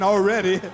Already